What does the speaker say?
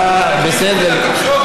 לתקשורת,